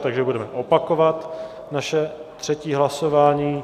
Takže budeme opakovat naše třetí hlasování.